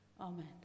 Amen